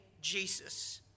Jesus